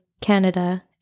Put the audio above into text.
Canada